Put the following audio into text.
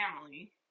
family